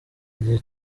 igihe